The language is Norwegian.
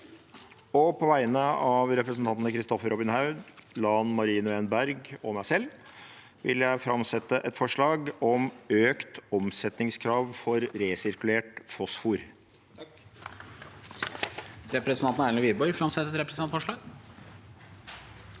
på vegne av representantene Kristoffer Robin Haug, Lan Marie Nguyen Berg og meg selv vil jeg framsette et forslag om et omsetningskrav for resirkulert fosfor.